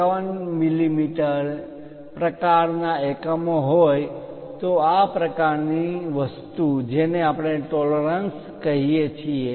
51 મીમી પ્રકારના એકમો હોય તો આ વધારાની વસ્તુ જેને આપણે ટોલરન્સ પરિમાણ માં માન્ય તફાવત કહીએ છીએ